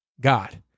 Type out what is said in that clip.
God